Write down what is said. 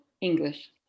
English